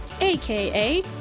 AKA